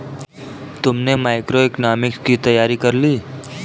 तुमने मैक्रोइकॉनॉमिक्स की तैयारी कर ली?